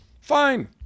fine